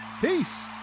Peace